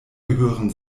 gehören